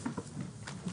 (הישיבה נפסקה בשעה 11:50 ונתחדשה בשעה 13:35.)